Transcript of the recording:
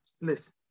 listen